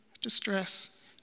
distress